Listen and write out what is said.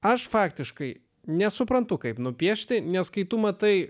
aš faktiškai nesuprantu kaip nupiešti nes kai tu matai